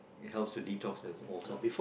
it helps to detox and all